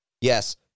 yes